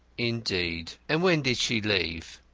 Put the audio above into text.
indeed! and when did she leave?